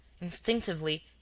Instinctively